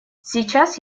сейчас